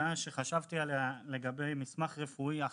הצעה שחשבתי עליה לגבי מסמך רפואי אחיד,